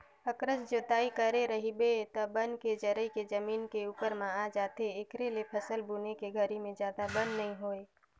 अकरस जोतई करे रहिबे त बन के जरई ह जमीन के उप्पर म आ जाथे, एखरे ले फसल बुने के घरी में जादा बन नइ होय